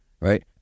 right